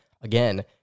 Again